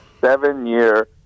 seven-year